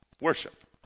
Worship